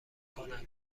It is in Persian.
کند